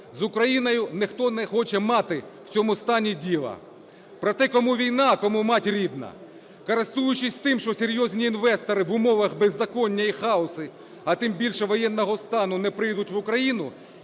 З Україною ніхто не хоче мати в цьому стані діла. Проте, кому війна, а кому матір рідна. Користуючись тим, що серйозні інвестори в умовах беззаконня і хаосу, а тим більше воєнного стану, не прийдуть в Україну